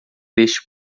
deste